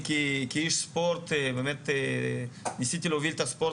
כשאיש ספורט באמת ניסיתי להוביל את הספורט